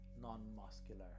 non-muscular